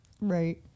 Right